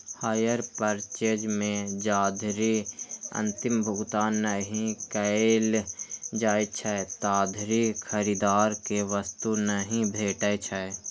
hire purchase मे जाधरि अंतिम भुगतान नहि कैल जाइ छै, ताधरि खरीदार कें वस्तु नहि भेटै छै